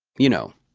you know,